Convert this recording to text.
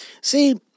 See